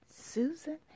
Susan